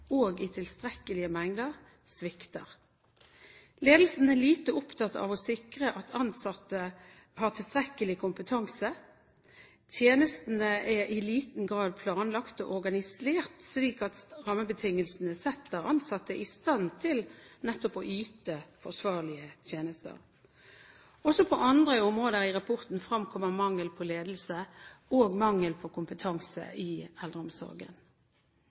og i tilstrekkelige mengder svikter. Ledelsen er lite opptatt av å sikre at ansatte har tilstrekkelig kompetanse, tjenestene er i liten grad planlagt og organisert, slik at rammebetingelsene setter ansatte i stand til nettopp å yte forsvarlige tjenester. Også på andre områder i rapporten fremkommer mangel på ledelse og kompetanse i eldreomsorgen.